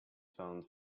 found